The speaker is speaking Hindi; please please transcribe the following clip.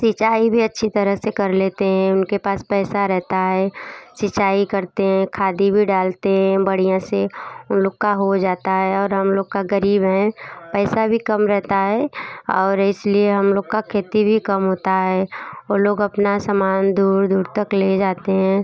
सिचाई भी अच्छी तरह से कर लेते हैं उनके पास पैसा रहता है सिंचाई करते हैं खादी भी डालते हैं बढ़िया से उन लोग का हो जाता है और हम लोग का गरीब हैं पैसा भी कम रहता है और इसलिए हम लोग का खेती भी कम होता है ओ लोग अपना सामान दूर दूर तक ले जाते हैं